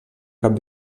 cap